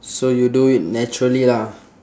so you do it naturally lah